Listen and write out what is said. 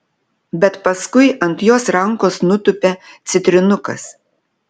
bet paskui ant jos rankos nutupia citrinukas